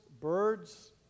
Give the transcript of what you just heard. birds